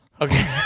Okay